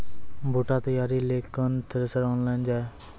बूटा तैयारी ली केन थ्रेसर आनलऽ जाए?